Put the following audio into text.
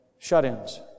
Shut-ins